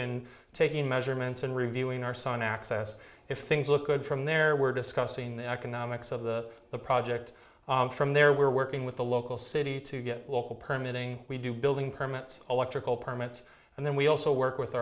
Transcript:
and taking measurements and reviewing our son access if things look good from there we're discussing the economics of the project from there we're working with the local city to get local permit ing we do building permits electrical permits and then we also work with